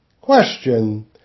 Question